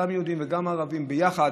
גם יהודים וגם ערבים יחד,